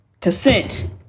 consent